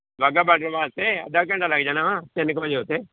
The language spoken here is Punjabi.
ਵਾਘਾ ਬਾਡਰ ਵਾਸਤੇ ਅੱਧਾ ਘੰਟਾ ਲੱਗ ਜਾਣਾ ਤਿੰਨ ਕੁ ਵਜੇ ਉੱਥੇ